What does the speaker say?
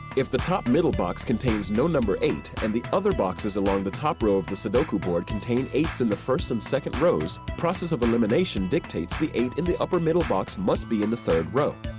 if the top-middle box contains no number eight, and the other boxes along the top row of the sudoku board contain eight s in the first and second rows, process of elimination dictates the eight in the upper-middle box must be in the third row.